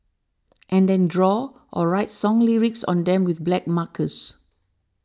and then draw or write song lyrics on them with black markers